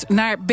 naar